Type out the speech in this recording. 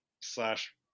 slash